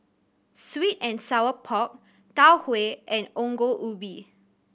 sweet and sour pork Tau Huay and Ongol Ubi